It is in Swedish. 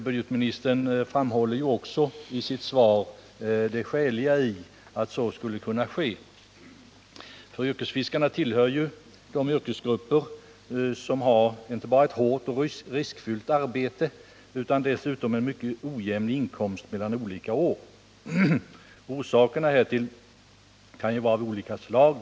Budgetministern framhåller också i sitt svar det skäliga i att så skulle — Nr 34 kunna ske. Yrkesfiskarna tillhör ju de yrkesgrupper som har inte bara ett hårt och riskfyllt arbete utan dessutom mycket ojämn inkomst olika år. Orsakerna härtill kan vara av skilda slag.